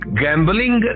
gambling